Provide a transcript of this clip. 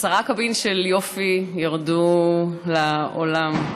עשרה קבין של יופי ירדו לעולם,